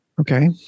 Okay